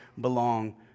belong